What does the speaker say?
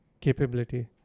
capability